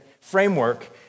framework